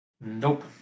Nope